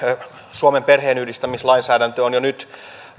suomen perheenyhdistämislainsäädäntö on jo nyt